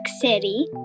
City